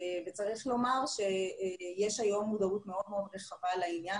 צריך לומר שיש היום מודעות מאוד מאוד רחבה לעניין